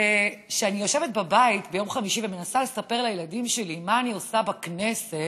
וכשאני יושבת בבית ביום חמישי ומנסה לספר לילדים שלי מה אני עושה בכנסת,